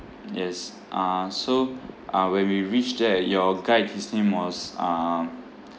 yes uh so uh when we reached there your guide his name was um